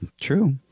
true